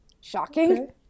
shocking